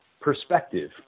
perspective